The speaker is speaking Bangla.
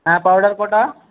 হ্যাঁ পাউডার কটা